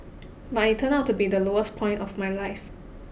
but it turned out to be the lowest point of my life